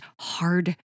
hard